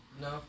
no